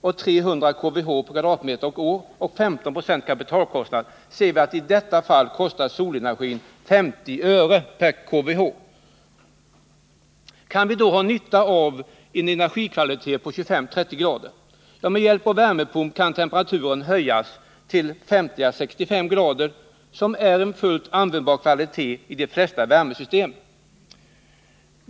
och 300 kWh kWh. Kan vi då ha nytta av en energikvalitet på 25-309? Ja. Med hjälp av värmepump kan temperaturen höjas till 50-65”, något som är en fullt användbar kvalitet i de flesta värmesystem.